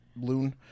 loon